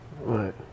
Right